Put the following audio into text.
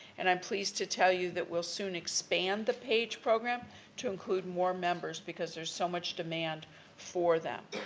and i'm pleased to tell you that we'll soon expand the page program to include more members because there's so much demand for them.